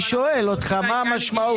אני שואל אותך מה המשמעות.